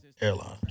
Airlines